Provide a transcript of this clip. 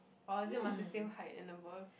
or is it must be same height and above